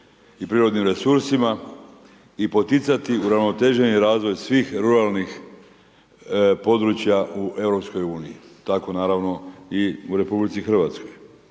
i prirodnim resursima i poticati uravnoteženi razvoj svih ruralnih područja u EU-u, tako naravno i u RH. Pred nama je